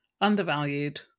undervalued